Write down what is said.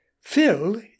Phil